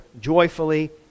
joyfully